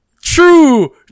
true